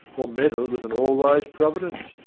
or meddle with an all-wise providence,